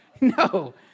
no